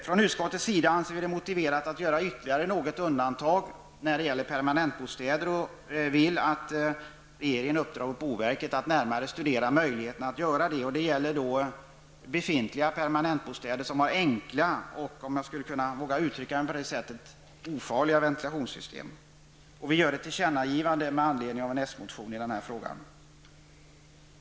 Från utskottsmajoritetens sida anser vi det vara motiverat att göra ytterligare något undantag när det gäller permanentbostäder och vill alltså att regeringen uppdrar åt boverket att närmare studera möjligheterna att göra detta. Det gäller befintliga permanentbostäder som har enkla och, om jag skall våga uttrycka det så, ofarliga ventilationssystem. Vi gör ett tillkännagivande med anledning av en socialdemokratisk motion i denna fråga.